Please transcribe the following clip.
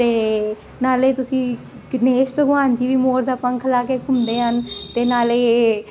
ਤੇ ਨਾਲੇ ਤੁਸੀਂ ਗਣੇਸ਼ ਭਗਵਾਨ ਜੀ ਵੀ ਮੋਰ ਦਾ ਪੰਖ ਲਾ ਕੇ ਘੁੰਮਦੇ ਹਨ ਤੇ ਨਾਲੇ